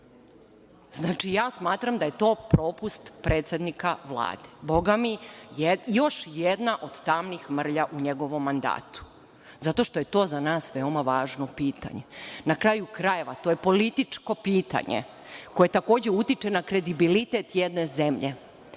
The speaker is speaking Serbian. Ja smatram da je to propust predsednika Vlade. Još jedna od tamnih mrlja u njegovom mandatu. To je za nas veoma važno pitanje. Na kraju krajeva to je političko pitanje, koje takođe utiče na kredibilitet jedne zemlje.